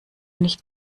nicht